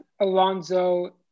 Alonso